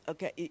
Okay